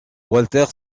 walter